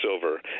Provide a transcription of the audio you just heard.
Silver